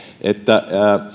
että